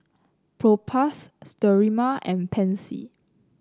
Propass Sterimar and Pansy